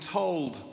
told